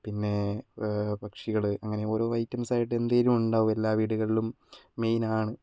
പിന്നേ പക്ഷികൾ അങ്ങനെ ഓരോ ഐറ്റംസ് ആയിട്ട് എന്തെങ്കിലും ഉണ്ടാവും എല്ലാ വീടുകളിലും മെയിൻ ആണ്